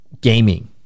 gaming